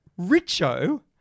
Richo